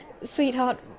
Sweetheart